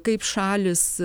kaip šalys